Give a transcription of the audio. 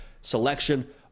selection